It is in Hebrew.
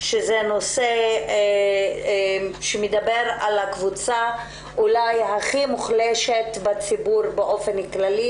שזה נושא שמדבר על הקבוצה אולי הכי מוחלשת בציבור באופן כללי,